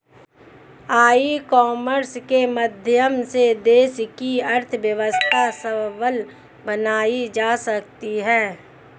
ई commerce के माध्यम से देश की अर्थव्यवस्था सबल बनाई जा सकती है